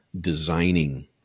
designing